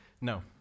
no